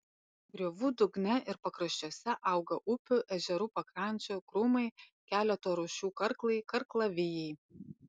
griovų dugne ir pakraščiuose auga upių ežerų pakrančių krūmai keleto rūšių karklai karklavijai